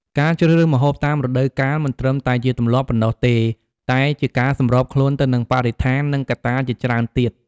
ការជ្រើសរើសម្ហូបតាមរដូវកាល មិនត្រឹមតែជាទម្លាប់ប៉ុណ្ណោះទេ តែជាការសម្របខ្លួនទៅនឹងបរិស្ថាន និងកត្តាជាច្រើនទៀត